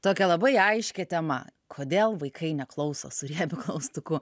tokia labai aiškia tema kodėl vaikai neklauso su riebiu klaustuku